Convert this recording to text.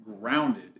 grounded